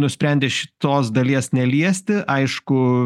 nusprendė šitos dalies neliesti aišku